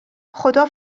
خدا